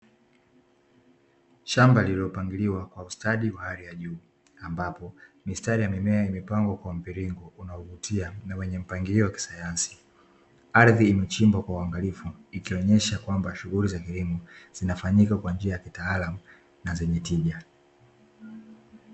Shamba lililopangiliwa kwa ustadi wa hali ya juu, ambapo mistari ya mimea imepangwa kwa mviringo unaovutia na wenye mpangilio wa kisayansi, ardhi imechimba kwa uangalifu ikionyesha kwamba shughuli za kilimo zinafanyika kwa njia ya kitaalamu na zenye tija.